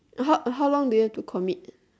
h~ how long do you have to commit